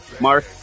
Mark